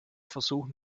versuchen